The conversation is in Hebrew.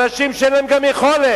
אנשים שאין להם יכולת,